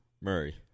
Murray